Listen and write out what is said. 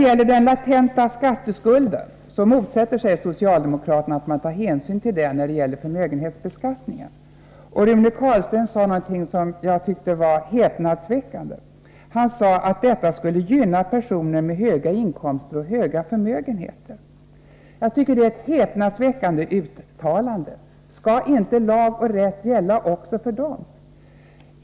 Socialdemokraterna motsätter sig att man, när det gäller förmögenhetsbeskattningen, tar hänsyn till en latent skatteskuld. Rune Carlstein sade någonting som jag tyckte var häpnadsväckande, nämligen att detta skulle gynna personer med höga inkomster och stora förmögenheter. Men skall inte lag och rätt gälla också för dem?